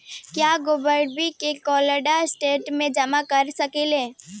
क्या गोभी को कोल्ड स्टोरेज में जमा कर सकिले?